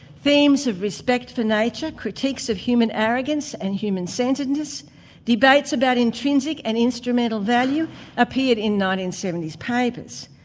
themes of respect for nature, critiques of human arrogance and human-centredness, debates about intrinsic and instrumental value appeared in nineteen seventy s papers.